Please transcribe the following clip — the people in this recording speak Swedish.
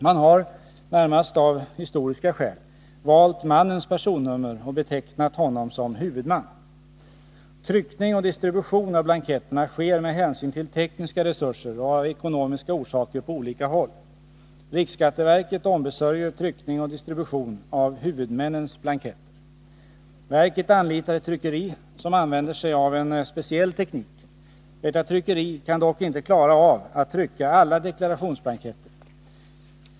Man har, närmast av historiska skäl, valt mannens personnummer och betecknat honom som ”huvudman”. Tryckning och distribution av blanketterna sker med hänsyn till tekniska resurser och av ekonomiska orsaker på olika håll. Riksskatteverket ombesörjer tryckning och distribution av ”huvudmännens” blanketter. Verket anlitar ett tryckeri som använder sig av en speciell teknik. Detta tryckeri kan dock inte klara av att trycka alla deklarationsblanketter.